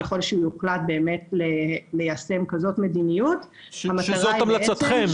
ככל שיוחלט באמת ליישם כזאת מדיניות --- זאת המלצתכם,